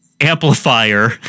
amplifier